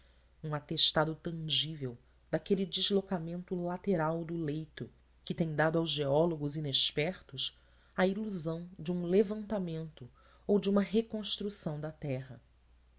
um atestado tangível daquele deslocamento lateral do leito que tem dado aos geólogos inexpertos a ilusão de um levantamento ou de uma reconstrução da terra